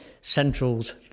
centrals